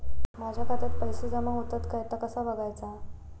माझ्या खात्यात पैसो जमा होतत काय ता कसा बगायचा?